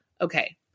Okay